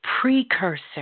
precursor